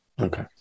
Okay